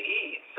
eat